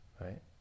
right